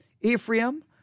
Ephraim